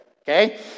okay